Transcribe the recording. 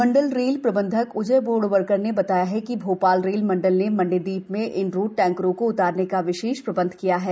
मंडल rail प्रबंधक उदय बोरवणकर ने बताया कि भोपाल रेल मंडल नें मंडीदीप में इन रोड टैंकरों को उतारने का विशेष प्रबंध किया है